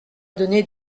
donner